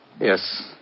Yes